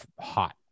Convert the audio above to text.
hot